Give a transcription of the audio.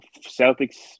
Celtics